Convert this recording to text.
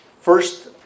first